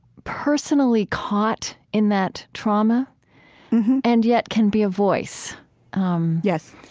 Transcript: personally caught in that trauma and yet can be a voice um yes,